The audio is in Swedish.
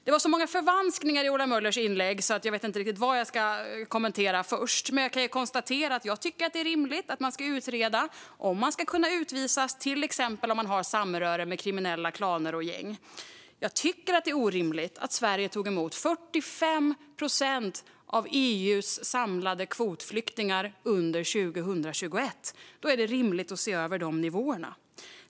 Det var så många förvanskningar i Ola Möllers inlägg att jag inte riktigt vet vad jag ska kommentera först. Men jag kan konstatera att jag tycker att det är rimligt att man ska utreda om människor ska kunna utvisas om de till exempel har samröre med kriminella klaner och gäng. Jag tycker att det är orimligt att Sverige tog emot 45 procent av EU:s samlade kvotflyktingar under 2021. Då är det rimligt att se över nivåerna.